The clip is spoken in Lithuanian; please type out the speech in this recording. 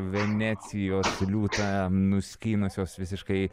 venecijos liūtą nuskynusios visiškai